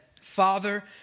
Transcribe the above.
Father